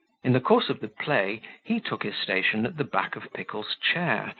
in the course of the play, he took his station at the back of pickle's chair,